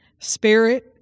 Spirit